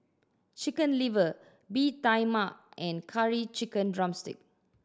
Chicken Liver Bee Tai Mak and Curry Chicken drumstick